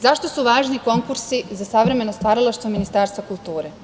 Zašto su važni konkursi za savremeno stvaralaštvo Ministarstva kulture?